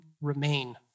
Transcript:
remain